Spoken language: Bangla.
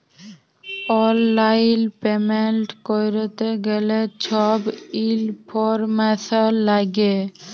অললাইল পেমেল্ট ক্যরতে গ্যালে ছব ইলফরম্যাসল ল্যাগে